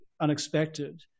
unexpected